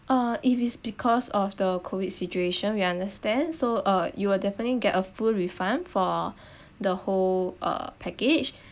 oh if it's because of the COVID situation we understand so uh you will definitely get a full refund for the whole uh package